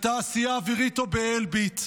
בתעשייה האווירית או באלביט,